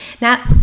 Now